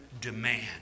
demand